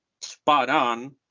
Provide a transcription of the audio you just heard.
spot-on